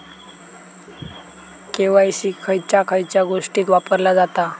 KYC खयच्या खयच्या गोष्टीत वापरला जाता?